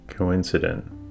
Coincident